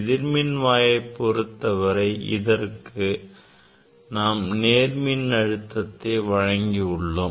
எதிர்மின்வாய் பொருத்தவரை இதற்கு நாம் நேர் மின்னழுத்தத்தை வழங்கியுள்ளோம்